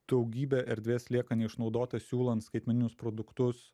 daugybė erdvės lieka neišnaudotos siūlant skaitmeninius produktus